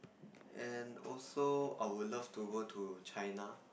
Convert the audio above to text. and also I would love to go to China